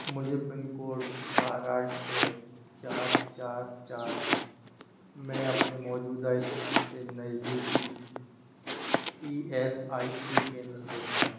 मुझे पिनकोड चार आठ छ चार चार चार में अपने मौजूदा स्थान से नज़दीकी ई एस आई सी केंद्र दिखायें